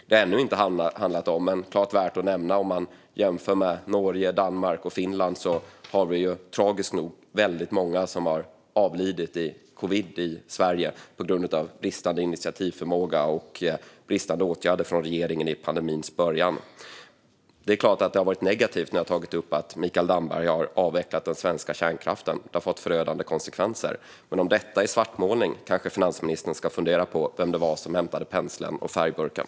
Det har ännu inte handlat om - men det är klart värt att nämna - att Sverige jämfört med Norge, Danmark och Finland tragiskt nog haft väldigt många som avlidit i covid på grund av bristande initiativförmåga och bristande åtgärder från regeringen i pandemins början. Och det är klart att det varit negativt när vi tagit upp att Mikael Damberg har avvecklat den svenska kärnkraften, vilket har fått förödande konsekvenser. Men om detta är svartmålning kanske finansministern ska fundera på vem det var som hämtade penseln och färgburken.